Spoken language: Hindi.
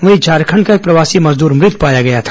वहीं झारखंड का एक प्रवासी मजदूर मृत पाया गया था